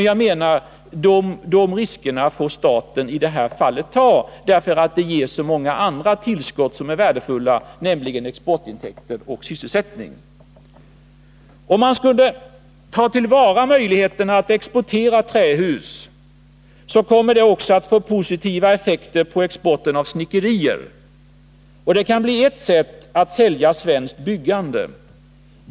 Jag menar att de riskerna får staten i det här fallet ta, eftersom det blir så många andra tillskott som är värdefulla, nämligen i form av exportintäkter och sysselsättning. Om man kan ta till vara möjligheterna att exportera trähus, så kommer det också att få positiva effekter på exporten av snickerier. Det kan bli ett sätt att sälja ”svenskt” byggande.